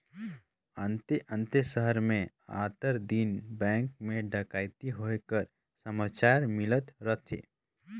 अन्ते अन्ते सहर में आंतर दिन बेंक में ठकइती होए कर समाचार मिलत रहथे